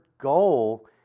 goal